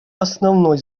основной